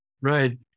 Right